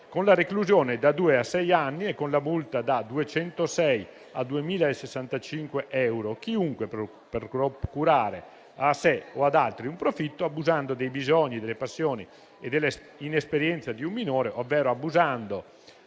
con la reclusione da due a sei anni e con la multa da 206 a 2.065 euro chiunque che, «per procurare a sé o ad altri un profitto, abusando dei bisogni, delle passioni o della inesperienza di una persona minore, ovvero abusando